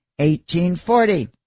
1840